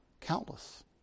Countless